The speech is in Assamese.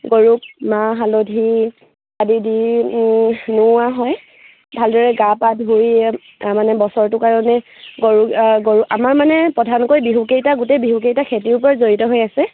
গৰুক মাহ হালধি আদি দি নোওৱা হয় ভালদৰে গা পা ধুই মানে বছৰটোৰ কাৰণে গৰুক গৰু আমাৰ মানে প্ৰধানকৈ বিহুকেইটা গোটেই বিহুকেইটা খেতিৰ ওপৰত জড়িত হৈ আছে